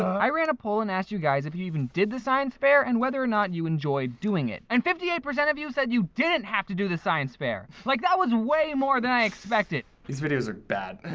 i ran a poll and asked you guys if you even did the science fair and whether or not you enjoyed doing it and fifty eight percent of you said you didn't have to do the science fair. like that was way more than i expected. these videos are bad.